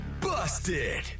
busted